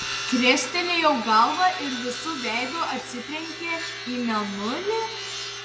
krestelėjo galvą ir visu veidu atsitrenkė į mėnulį